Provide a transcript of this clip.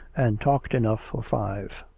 and talked enough for five.